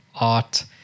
art